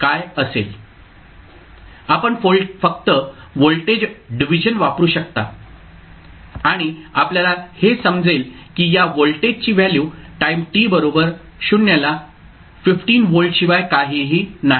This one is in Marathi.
आपण फक्त व्होल्टेज डिव्हिजन वापरू शकता आणि आपल्याला हे समजेल की या व्होल्टेजची व्हॅल्यू टाईम t बरोबर 0 ला 15 व्होल्टशिवाय काहीही नाही